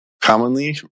commonly